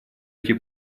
эти